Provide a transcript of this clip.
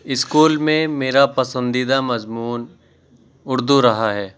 school میں میرا پسندیدہ مضمون اردو رہا ہے